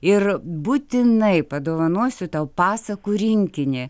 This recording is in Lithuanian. ir būtinai padovanosiu tau pasakų rinkinį